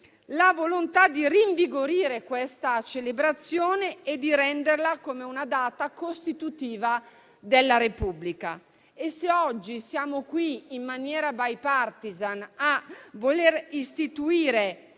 la volontà di rinvigorire questa celebrazione e di renderla una data costitutiva della Repubblica. Se oggi siamo qui, in maniera *bipartisan*, a voler istituire